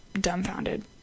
dumbfounded